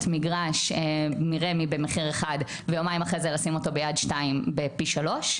מגרש מרמ"י במחיר אחד ויומיים אחרי זה לשים אותו ביד 2 בפי שלוש?